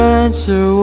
answer